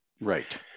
Right